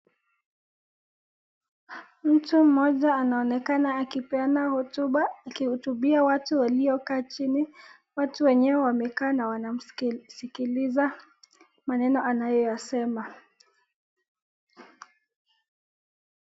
Mtu mmoja anaonekana akipeana hotuba, akihutubia watu waliokaa chini. Watu wenyewe wamekaa na wanamsikiliza maneno anayoyasema.